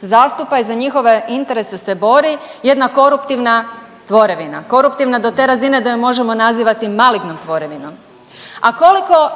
zastupa i za njihove interese se bori jedna koruptivna tvorevina, koruptivna do te razine da ju možemo nazivati malignom tvorevinom, a koliko